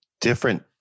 different